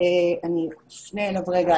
אני אפנה אליו רגע,